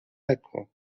نکن